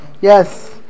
Yes